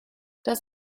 das